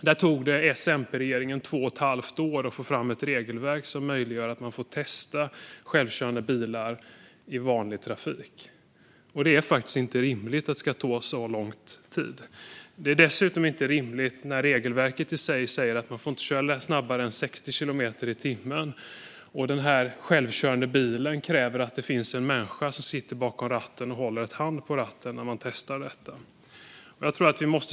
Det tog SMP-regeringen två och ett halvt år att få fram ett regelverk som möjliggör för test av självkörande bilar i vanlig trafik. Det är inte rimligt att det ska ta så lång tid. Det är dessutom inte rimligt när regelverket i sig säger att man inte får köra snabbare än 60 kilometer i timmen, och den självkörande bilen kräver att det sitter en människa bakom ratten och håller en hand på ratten när man testar.